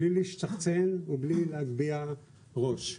מבלי להשתחצן ובלי להגביה ראש.